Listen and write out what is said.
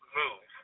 move